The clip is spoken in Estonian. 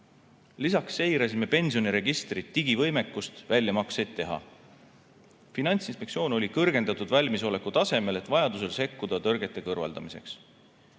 Lisaks seirasime pensioniregistri digivõimekust väljamakseid teha. Finantsinspektsioon oli kõrgendatud valmisoleku tasemel, et vajaduse korral sekkuda tõrgete kõrvaldamiseks.